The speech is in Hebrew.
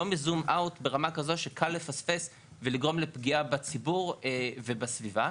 לא ב"זום-אאוט" ברמה כזאת שקל לפספס ולגרום לפגיעה בציבור ובסביבה,